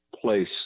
place